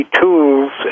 tools